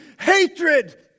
hatred